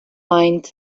mind